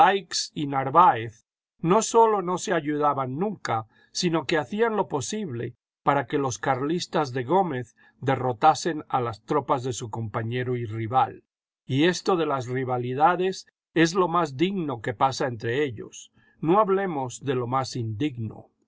y narváez no sólo no se ayudaban nunca sino que hacían lo posible para que los carlistas de gómez derrotasen a las tropas de su compañero y rival y esto de las rivalidades es lo más digno que pasa entre ellos no hablemos de lo más indigno